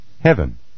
Heaven